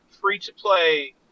free-to-play